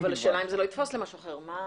אבל השאלה אם זה לא יתפוס למשהו אחר.